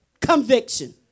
conviction